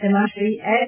તેમાં શ્રી એસ